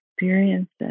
experiences